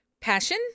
passion